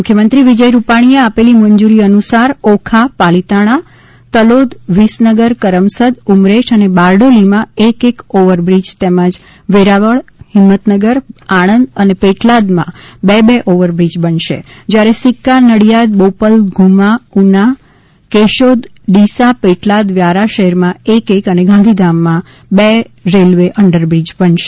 મુખ્યમંત્રી વિજય રૂપાણીએ આપેલી મંજૂરી અનુસાર ઓખા પાલીતાણા તલોદ વિસનગર કરમસદ ઉમરેઠ અને બારડોલીમાં એક એક ઓવરબ્રીજ તેમજ વેરાવળ હિંમતનગર આણંદ અને પેટલાદમાં બે બે ઓવરબ્રીજ બનશે જ્યારે સિક્કા નડિયાદ બોપલ ધુમા ઉના કેશોદ ડીસા પેટલાદ વ્યારા શહેરમાં એક એક અને ગાંધીધામમાં બે રેલ્વે અંડરબ્રીજ બનશે